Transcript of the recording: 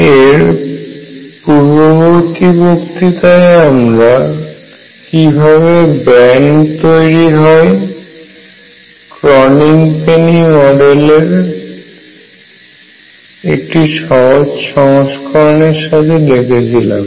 এর পূর্ববর্তী বক্তৃতায় আমরা কীভাবে ব্যান্ড তৈরি হয় ক্রনিগ পেনি মডেলের এর একটি সহজ সংস্করণ এর সাহায্যে দেখেছিলাম